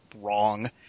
wrong